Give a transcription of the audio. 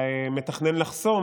שמשתמשים במושג הזה "חורבן",